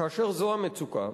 כאשר זו המצוקה,